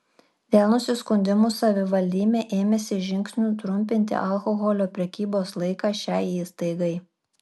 dėl nusiskundimų savivaldybė ėmėsi žingsnių trumpinti alkoholio prekybos laiką šiai įstaigai